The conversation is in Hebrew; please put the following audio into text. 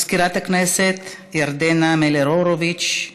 מזכירת הכנסת ירדנה מלר-הורוביץ,